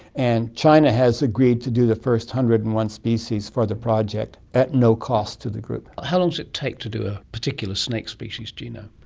and china has agreed to do the first one hundred and one species for the project, at no cost to the group. how long does it take to do a particular snake species genome?